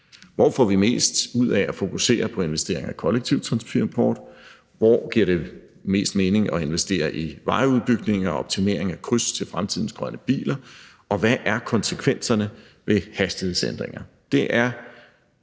Hvor får vi mest ud af at fokusere på investeringer i kollektiv transport; hvor giver det mest mening at investere i vejudbygninger og optimering af kryds til fremtidens grønne biler; og hvad er konsekvenserne af hastighedsændringer?